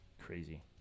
Crazy